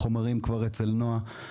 החומרים כבר אצל נועה.